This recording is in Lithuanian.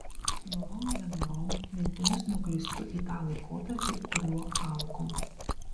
norom nenorom mintimis nuklystu į tą laikotarpį kuriuo augau